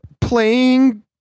playing